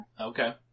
Okay